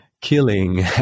killing